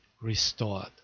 restored